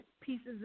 pieces